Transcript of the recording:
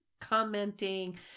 commenting